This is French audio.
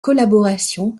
collaboration